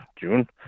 June